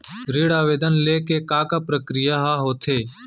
ऋण आवेदन ले के का का प्रक्रिया ह होथे?